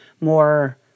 more